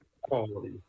quality